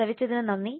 ശ്രവിച്ചതിനു നന്ദി